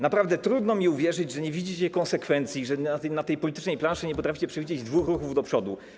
Naprawdę trudno mi uwierzyć, że nie widzicie konsekwencji, że na tej politycznej planszy nie potraficie przewidzieć dwóch ruchów do przodu.